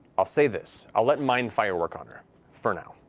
i'll say this. i'll let mind fire work on her for now.